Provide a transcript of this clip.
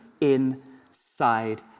inside